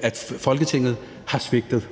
at Folketinget har svigtet.